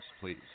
please